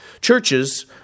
Churches